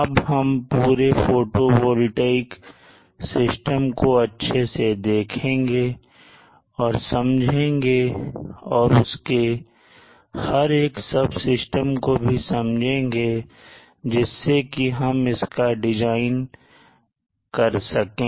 अब हम पूरे फोटोवोल्टिक सिस्टम को अच्छे से देखेंगे और समझेंगे और उसके हर एक सब सिस्टम को भी समझेंगे जिससे कि हम इसका डिज़ाइन कर सकें